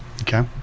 okay